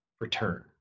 return